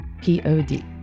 P-O-D